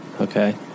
Okay